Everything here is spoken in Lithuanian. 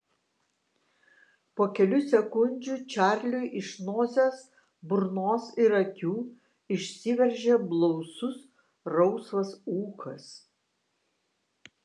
po kelių sekundžių čarliui iš nosies burnos ir akių išsiveržė blausus rausvas ūkas